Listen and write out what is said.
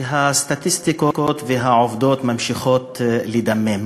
הסטטיסטיקות והעובדות ממשיכות לדמם,